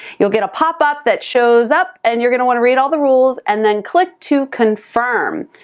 you'll get a pop up that shows up, and you're gonna wanna read all the rules, and then click to confirm.